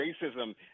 racism